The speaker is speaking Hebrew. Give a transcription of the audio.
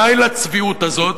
די לצביעות הזאת.